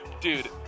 Dude